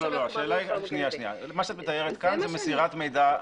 את מתארת פה מסירת מידע.